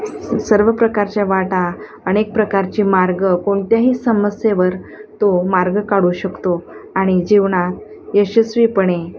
स सर्व प्रकारच्या वाटा अनेक प्रकारचे मार्ग कोणत्याही समस्येवर तो मार्ग काढू शकतो आणि जिवनात यशस्वीपणे